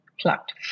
plucked